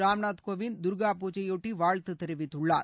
ராம்நாத் கோவிந்த் துர்கா பூஜையையொட்டி வாழ்த்து தெரிவித்துள்ளார்